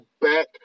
back